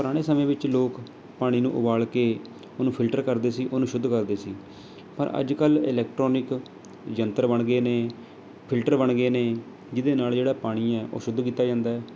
ਪੁਰਾਣੇ ਸਮੇਂ ਵਿੱਚ ਲੋਕ ਪਾਣੀ ਨੂੰ ਉਬਾਲ ਕੇ ਉਹਨੂੰ ਫਿਲਟਰ ਕਰਦੇ ਸੀ ਉਹਨੂੰ ਸ਼ੁੱਧ ਕਰਦੇ ਸੀ ਪਰ ਅੱਜ ਕੱਲ੍ਹ ਇਲੈਕਟ੍ਰੋਨਿਕ ਯੰਤਰ ਬਣ ਗਏ ਨੇ ਫਿਲਟਰ ਬਣ ਗਏ ਨੇ ਜਿਹਦੇ ਨਾਲ਼ ਜਿਹੜਾ ਪਾਣੀ ਹੈ ਉਹ ਸ਼ੁੱਧ ਕੀਤਾ ਜਾਂਦਾ ਏ